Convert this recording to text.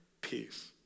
peace